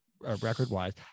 record-wise